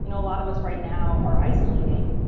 you know a lot of us right now are isolating,